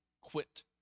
quit